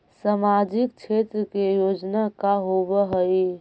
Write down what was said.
सामाजिक क्षेत्र के योजना का होव हइ?